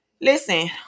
listen